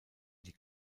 die